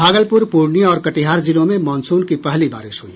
भागलपुर पूर्णिया और कटिहार जिलों में मॉनसून की पहली बारिश हुई